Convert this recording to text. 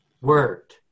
word